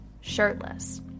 shirtless